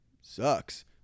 sucks